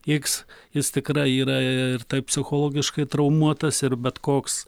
iks jis tikrai yra ir taip psichologiškai traumuotas ir bet koks